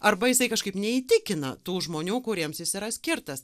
arba jisai kažkaip neįtikina tų žmonių kuriems jis yra skirtas